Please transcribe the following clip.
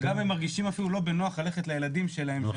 גדי דיבר על המקרה של האנשים שנשארו בדירה שנתיים אחרי,